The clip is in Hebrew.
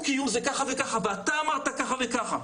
קיום זה ככה וככה ואתה אמרת ככה וככה'.